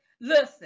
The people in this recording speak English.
Listen